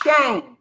shame